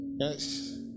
yes